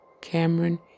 Cameron